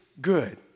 good